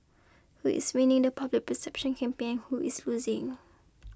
who is winning the public perception campaign who is losing